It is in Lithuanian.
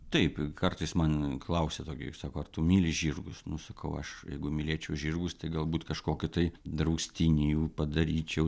taip kartais man klausia tokia sako ar tu myli žirgus nu sakau aš jeigu mylėčiau žirgus tai galbūt kažkokį tai draustinį jų padaryčiau